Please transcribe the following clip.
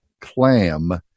clam